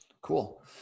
Cool